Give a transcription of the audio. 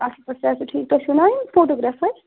اَصٕل پٲٹھۍ صحت چھُو ٹھیٖک تُہۍ چھِو نا یِم فوٹوگرٛافر